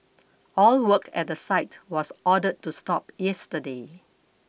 all work at the site was ordered to stop yesterday